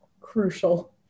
crucial